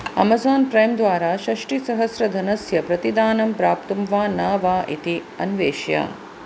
Amazon Prime द्वारा षष्टिसहस्रधनस्य धनस्य प्रतिदानं प्राप्तं वा न वा इति अन्वेषय